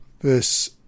verse